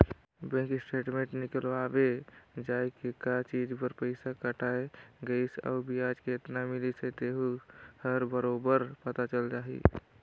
bank statement निकलवाबे जाये के का चीच बर पइसा कटाय गइसे अउ बियाज केतना मिलिस हे तेहू हर बरोबर पता चल जाही